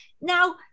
now